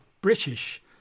British